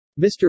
Mr